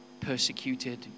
persecuted